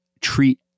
treat